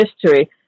history